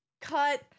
cut